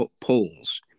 polls